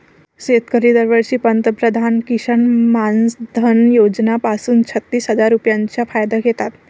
शेतकरी दरवर्षी पंतप्रधान किसन मानधन योजना पासून छत्तीस हजार रुपयांचा फायदा घेतात